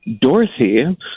Dorothy